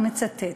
ואני מצטטת: